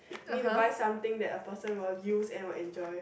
me to buy something that a person will use and will enjoy